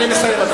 אני מסיים,